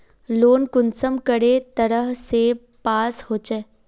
Loan कुंसम करे तरह से पास होचए?